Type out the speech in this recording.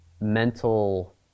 mental